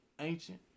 ancient